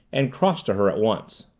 and crossed to her at once.